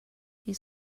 these